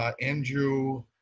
Andrew